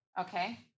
Okay